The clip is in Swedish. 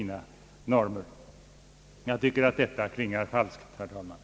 Jag tycker att detta klingar falskt, herr talman!